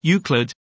Euclid